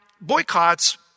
boycotts